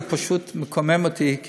זה פשוט מקומם אותי,